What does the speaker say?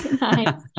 nice